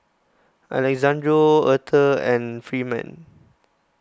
Alexandro Aurthur and Freeman